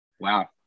Wow